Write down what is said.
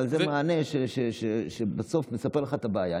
אבל זה מענה שבסוף מספר לך את הבעיה.